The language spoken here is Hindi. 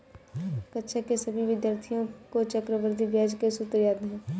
कक्षा के सभी विद्यार्थियों को चक्रवृद्धि ब्याज के सूत्र याद हैं